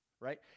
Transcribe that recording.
right